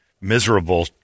miserable